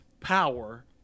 power